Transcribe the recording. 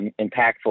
impactful